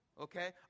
Okay